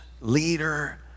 leader